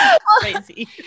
Crazy